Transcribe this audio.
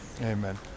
Amen